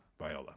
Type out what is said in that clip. Viola